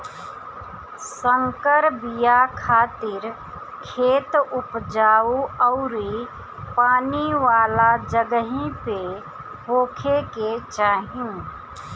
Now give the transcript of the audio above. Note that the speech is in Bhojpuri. संकर बिया खातिर खेत उपजाऊ अउरी पानी वाला जगही पे होखे के चाही